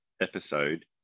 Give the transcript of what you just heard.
episode